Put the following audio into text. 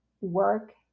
work